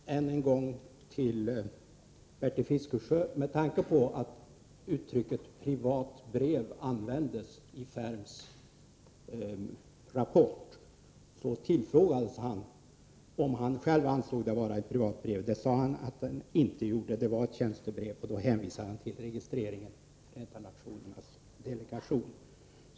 Fru talman! Än en gång till Bertil Fiskesjö: Med tanke på att uttrycket privatbrev användes i Ferms rapport tillfrågades han om han själv ansåg det vara ett privatbrev. Det sade han att han inte gjorde — det var ett tjänstebrev, och då hänvisade han till registreringen i Förenta nationernas delegation.